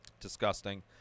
disgusting